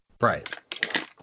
Right